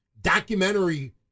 documentary